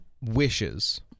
wishes